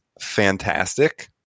fantastic